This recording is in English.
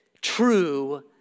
true